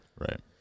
Right